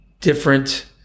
different